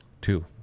Two